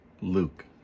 Luke